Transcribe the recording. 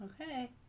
Okay